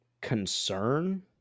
Concern